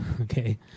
okay